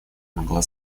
могла